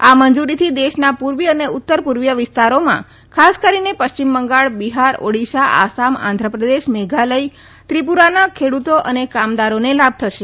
આ મંજૂરીથી દેશના પૂર્વી અને ઉત્તર પૂર્વીય વિસ્તારોમાં ખાસ કરીને પશ્ચિમ બંગાળ બિહાર ઓડિશા આસામ આંધ્રપ્રદેશ મેઘાલય ત્રિપુરાનાં ખેડૂતો અને કામદારોન લાભ થશે